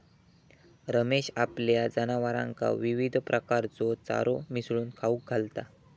रमेश आपल्या जनावरांका विविध प्रकारचो चारो मिसळून खाऊक घालता